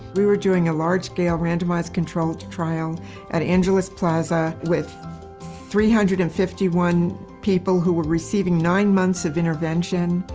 we were doing a large-scale randomized controlled trial at angelus plaza with three hundred and fifty one people who were receiving nine months of intervention,